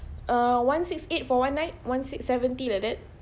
uh one six eight for one night one six seventy like that